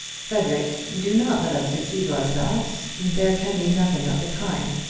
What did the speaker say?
frederic, do not let us deceive ourselves. there can be nothing of the kind.